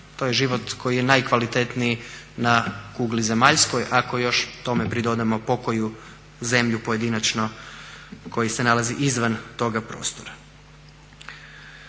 to je život koji je najkvalitetniji na kugli zemaljskoj ako još tome pridodamo pokoju zemlju pojedinačno koja se nalazi izvan toga prostora.